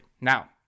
Now